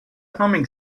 humming